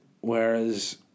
Whereas